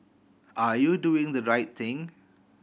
are you doing the right thing